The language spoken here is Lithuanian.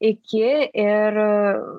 iki ir